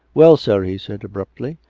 well, sir, he said abruptly,